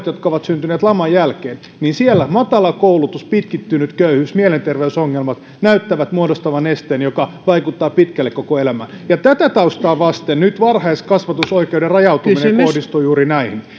jotka ovat syntyneet laman jälkeen matala koulutus pitkittynyt köyhyys mielenterveysongelmat näyttävät muodostavan esteen joka vaikuttaa pitkälle koko elämään ja tätä taustaa vasten nyt varhaiskasvatusoikeuden rajautuminen kohdistuu juuri näihin